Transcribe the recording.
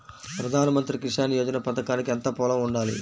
ప్రధాన మంత్రి కిసాన్ యోజన పథకానికి ఎంత పొలం ఉండాలి?